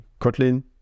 Kotlin